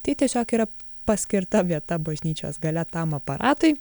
tai tiesiog yra paskirta vieta bažnyčios gale tam aparatui